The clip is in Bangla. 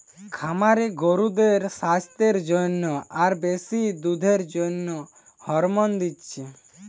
খামারে গরুদের সাস্থের জন্যে আর বেশি দুধের জন্যে হরমোন দিচ্ছে